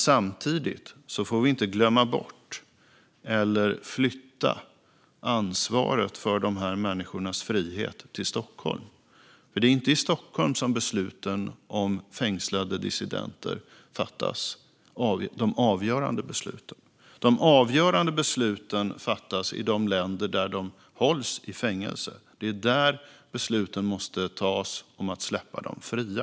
Samtidigt får vi inte glömma bort eller flytta ansvaret för de här människornas frihet till Stockholm, för det är inte i Stockholm som de avgörande besluten om fängslade dissidenter fattas. De avgörande besluten fattas i de länder där de hålls i fängelse. Det är där besluten måste tas om att släppa dem fria.